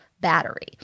battery